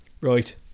Right